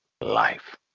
Life